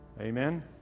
Amen